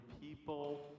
people